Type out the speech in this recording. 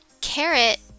carrot